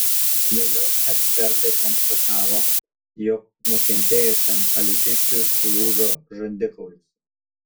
vėliau ekspertai konstatavo jog nukentėjusiam alytiškiui lūžo žandikaulis